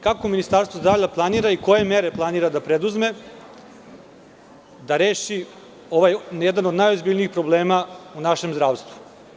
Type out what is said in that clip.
Kako Ministarstvo zdravlja planira i koje mere planira da preduzme da reši jedan od najozbiljnijih problema u našem zdravstvu.